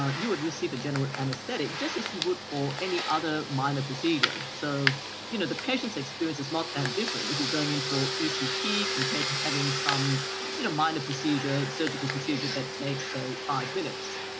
ah you would receive a general anaesthetic, just as you would for any other minor procedure. so you know the patients' experience is not that different if you're going in for ect compared to having some you know minor procedure, surgical procedure that takes, say, five minutes.